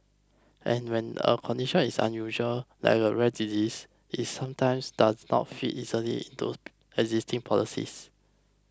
and when a condition is unusual like a rare disease it sometimes does not fit easily into existing policies